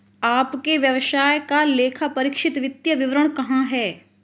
आपके व्यवसाय का लेखापरीक्षित वित्तीय विवरण कहाँ है?